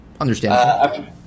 Understand